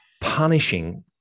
punishing